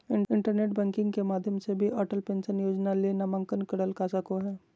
internet banking के माध्यम से भी अटल पेंशन योजना ले नामंकन करल का सको हय